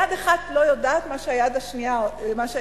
יד אחת לא יודעת מה שהיד השנייה עושה.